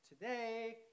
today